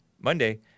Monday